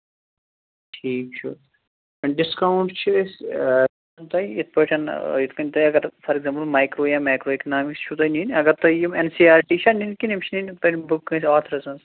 ٹھیٖک چھُ ڈِسکاوُنٛٹ چھِ أسۍ تۄہہِ یِتھٕ پٲٹھۍ یِتھٕ کٔنۍ تۄہہِ اگر فار ایٚگزامپُل مایکرو یا میکرو اِکنامِکٕس چھُو تۄہہِ نِنۍ اَگر تۄہہِ یِم اٮ۪ن سی آر ٹی چھا نِنۍ کِنہٕ یِم چھِ نِنۍ پَنٕنۍ بُک کٲنٛسہِ آتھرَس منٛز